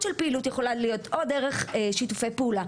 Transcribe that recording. של פעילות יכולה להיות או דרך שיתופי פעולה,